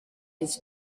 his